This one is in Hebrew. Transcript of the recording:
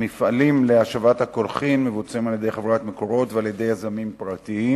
השבת הקולחין מבוצעת על-ידי חברת "מקורות" ועל-ידי יזמים פרטיים,